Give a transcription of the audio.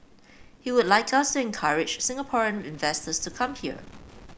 he would like us to encourage Singaporean investors to come here